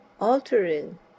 altering